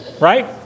right